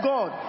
God